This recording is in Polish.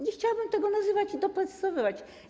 Nie chciałabym tego nazywać, doprecyzowywać.